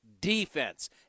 Defense